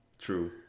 True